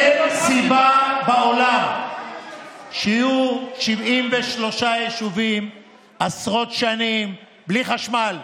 אין סיבה בעולם שיהיו 73 יישובים עשרות שנים בלי חשמל,